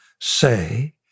say